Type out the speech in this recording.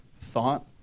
thought